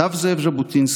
כתב זאב ז'בוטינסקי: